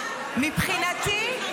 מבחינתי,